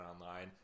online